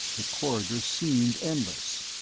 the corridors seemed endless.